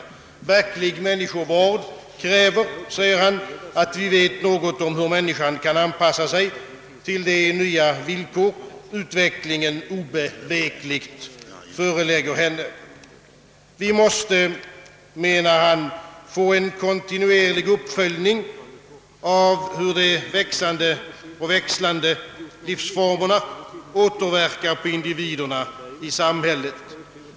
Verklig människovård kräver, säger han, att vi vet något om hur människan kan anpassa sig till de nya villkor utvecklingen obevekligt förelägger henne. Vi måste, menar han, få en kontinuerlig uppföljning av hur de växlande livsformerna återverkar på individerna i samhället.